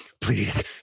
please